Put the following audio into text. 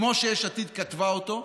כמו שיש עתיד כתבה אותו.